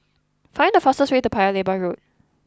find the fastest way to Paya Lebar Road